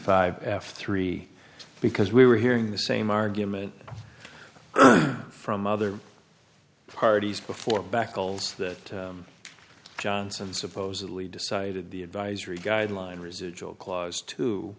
five f three because we were hearing the same argument from other parties before back holes that johnson supposedly decided the advisory guideline residual clause to